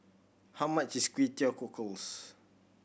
how much is Kway Teow Cockles